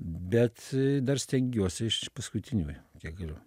bet dar stengiuosi iš paskutiniųjų kiek galiu